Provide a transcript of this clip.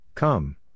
Come